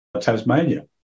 tasmania